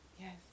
yes